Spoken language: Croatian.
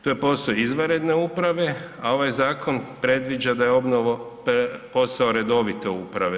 To je posao izvanredne uprave, a ovaj zakon predviđa da je obnova posao redovite uprave.